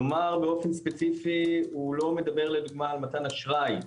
כלומר באופן ספציפי הוא לא מדבר למשל על מתן אשראי.